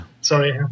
Sorry